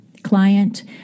client